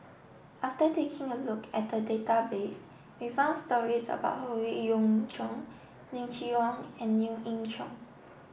after taking a look at the database we found stories about Howe Yoon Chong Lim Chee Onn and Lien Ying Chow